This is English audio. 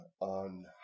on